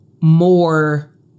more